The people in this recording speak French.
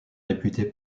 réputé